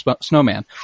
snowman